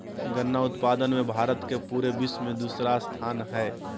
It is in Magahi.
गन्ना उत्पादन मे भारत के पूरे विश्व मे दूसरा स्थान हय